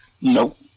Nope